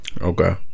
Okay